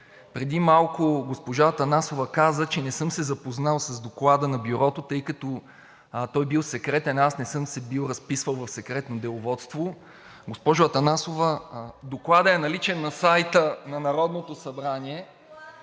Преди малко госпожа Атанасова каза, че не съм се запознал с доклада на Бюрото, тъй като той бил секретен, а аз не съм се бил разписвал в Секретно деловодство. Госпожо Атанасова, Докладът е наличен на сайта на Народното събрание.